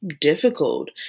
difficult